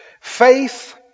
Faith